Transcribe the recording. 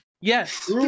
Yes